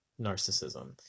narcissism